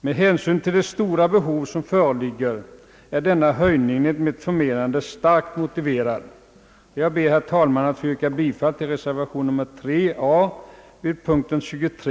Med hänsyn till de stora behov som föreligger är denna höjning enligt mitt förmenande starkt motiverad. Jag ber, herr talman, att få yrka bifall till reservation a vid punkten 23.